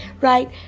right